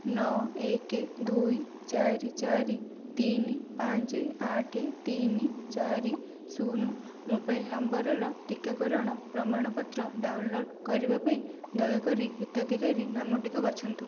ନଅ ଏକ ଦୁଇ ଚାରି ଚାରି ତିନି ପାଞ୍ଚ ଆଠ ତିନି ଚାରି ଶୂନ ମୋବାଇଲ ନମ୍ବରର ଟିକାକରଣ ପ୍ରମାଣପତ୍ର ଡାଉନଲୋଡ଼୍ କରିବା ପାଇଁ ଦୟାକରି ହିତାଧିକାରୀ ନାମଟିକୁ ବାଛନ୍ତୁ